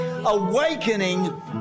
Awakening